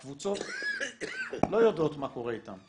הקבוצות לא יודעות מה קורה אתן.